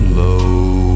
low